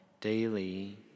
daily